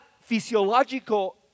physiological